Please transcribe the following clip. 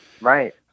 Right